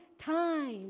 time